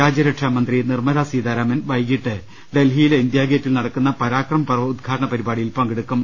രാജ്യരക്ഷാമന്ത്രി നിർമല സീതാരാമൻ വൈകിട്ട് ഡൽഹിയിലെ ഇന്ത്യ ഗേറ്റിൽ നടക്കുന്ന പരാക്രം പർവ് ഉദ്ഘാടന പരിപാടിയിൽ പങ്കെടുക്കും